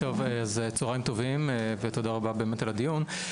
צוהריים טובים ותודה רבה באמת על הדיון.